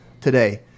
today